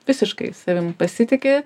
visiškai savim pasitiki